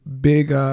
Big